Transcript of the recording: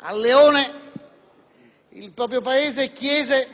A Leone il proprio Paese chiese